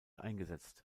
eingesetzt